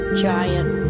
giant